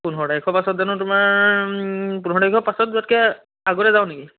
পোন্ধৰ তাৰিখৰ পাছত জানো তোমাৰ পোন্ধৰ তাৰিখৰ পাছত যোৱাতকৈ আগতে যাওঁ নেকি